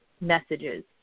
messages